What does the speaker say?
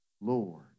Lord